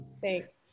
Thanks